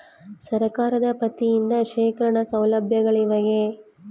ಸರಕಾರದ ವತಿಯಿಂದ ಶೇಖರಣ ಸೌಲಭ್ಯಗಳಿವೆಯೇ?